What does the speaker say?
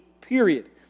period